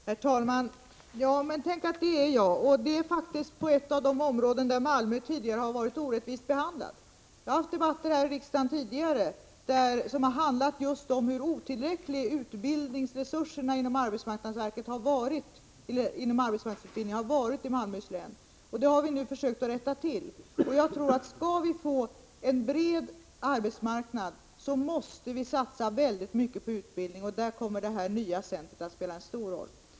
Herr talman! Men tänk att det är jag. Detta är faktiskt ett av de områden där Malmö förut har varit orättvist behandlat. Jag har fört debatter tidigare här i riksdagen som har handlat just om hur otillräckliga resurserna inom arbetsmarknadsutbildningen har varit i Malmöhus län. Det har vi nu försökt att rätta till. Skall vi få en bred arbetsmarknad, tror jag att vi måste satsa väldigt mycket på utbildning, och i det sammanhanget kommer detta nya AMU-center att spela en stor roll.